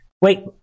Wait